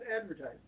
advertising